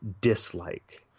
dislike